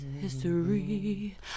history